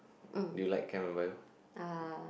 mm uh